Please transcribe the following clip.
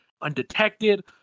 undetected